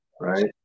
right